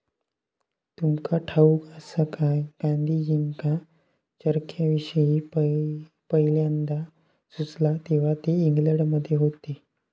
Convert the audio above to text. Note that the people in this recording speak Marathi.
तुमका ठाऊक आसा काय, गांधीजींका चरख्याविषयी पयल्यांदा सुचला तेव्हा ते इंग्लंडमध्ये होते